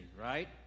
right